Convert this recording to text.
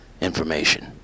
information